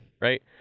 right